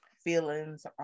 feelings